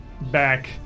back